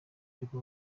aheruka